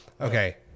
okay